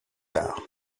tard